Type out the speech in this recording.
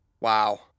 Wow